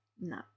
No